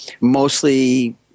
mostly